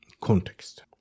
context